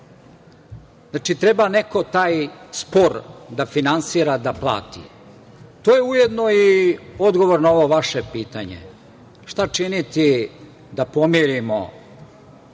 Znači, treba neko taj spor da finansira, da plati. To je ujedno i odgovor na ovo vaše pitanje – šta činiti da pomirimo,